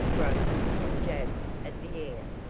grunts and jabs at the air.